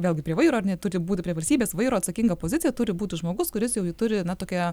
vėlgi prie vairo ar ne turi būti prie valstybės vairo atsakinga pozicija turi būti žmogus kuris jau turi na tokią